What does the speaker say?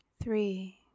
Three